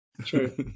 True